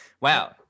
Wow